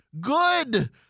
good